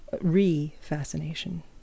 Re-fascination